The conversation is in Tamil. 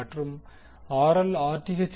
மற்றும் RL Rth